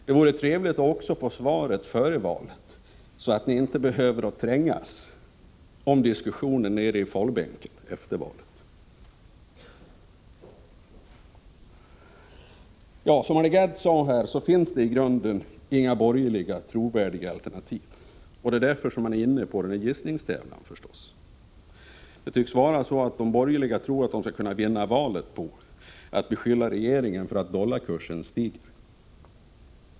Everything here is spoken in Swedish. Det vore trevligt att få ett svar före valet, så att ni inte behöver trängas om den diskussionen i fållbänken efter valet. Som Arne Gadd sade finns det i grunden inga trovärdiga borgerliga alternativ. Det är därför som man är inne på denna gissningstävlan. De borgerliga tycks tro att de skulle kunna vinna valet genom att beskylla regeringen för att dollarkursen stiger.